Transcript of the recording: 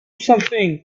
something